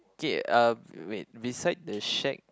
okay uh wait beside the shack